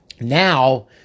Now